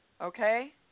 Okay